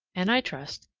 and, i trust,